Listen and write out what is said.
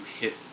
hit